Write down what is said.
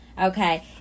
okay